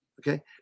Okay